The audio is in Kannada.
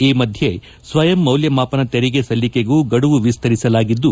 ಈ ಮಧ್ಯೆ ಸ್ವಯಂ ಮೌಲ್ಡಮಾಪನ ತೆರಿಗೆ ಸಲ್ಲಿಕೆಗೂ ಗಡುವು ವಿಸ್ತರಿಸಲಾಗಿದ್ದು